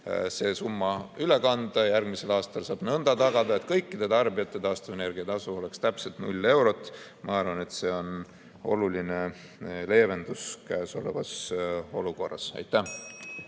see summa üle kanda. Järgmisel aastal saab nõnda tagada, et kõikide tarbijate taastuvenergia tasu oleks täpselt 0 eurot. Ma arvan, et see on oluline leevendus käesolevas olukorras. Aitäh!